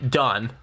done